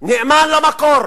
נאמן למקור